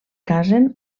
casen